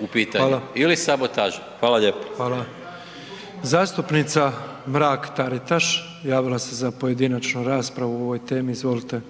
u pitanju ili sabotaža. Hvala lijepo. **Petrov, Božo (MOST)** Hvala. Zastupnica Mrak Taritaš javila se za pojedinačnu raspravu o ovoj temi. Izvolite.